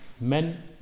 men